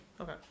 Okay